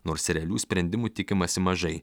nors realių sprendimų tikimasi mažai